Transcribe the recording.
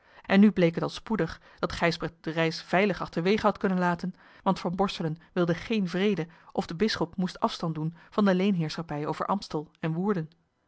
en nu bleek het al spoedig dat gijsbrecht de reis veilig achterwege had kunnen laten want van borselen wilde geen vrede of de bisschop moest afstand doen van de leenheerschappij over amstel en woerden